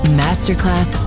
masterclass